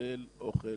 כולל אוכל,